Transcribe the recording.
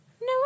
No